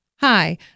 Hi